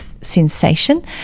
sensation